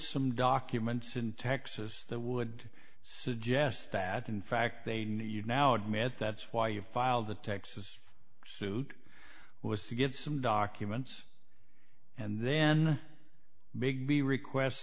some documents in texas that would suggest that in fact they knew you now admit that's why you filed the texas suit was to get some documents and then bigby requests